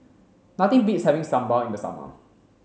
nothing beats having Sambal in the summer